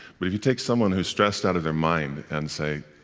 but if you take someone who's stressed out of their mind and say,